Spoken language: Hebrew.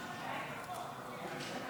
התשפ"ה 2024, אושרה בקריאה